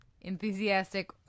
enthusiastic